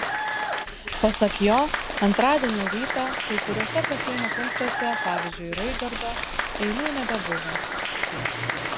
pasak jo antradienio rytą kai kuriuose pasienio punktuose pavyzdžiui raigardo eilių nebebuvo